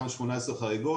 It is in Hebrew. אותן 18 חריגות,